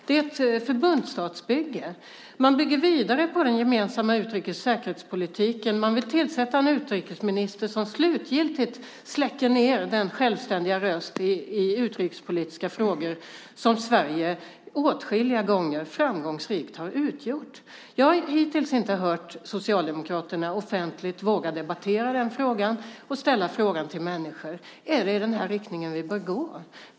Det är ett förbundsstatsbygge. Man bygger vidare på den gemensamma utrikes och säkerhetspolitiken. Man vill tillsätta en utrikesminister som slutgiltigt släcker ned den självständiga röst i utrikespolitiska frågor som Sverige åtskilliga gånger framgångsrikt har utgjort. Jag har hittills inte hört Socialdemokraterna offentligt våga debattera den frågan och till människor ställa frågan: Är det i den här riktningen vi bör gå?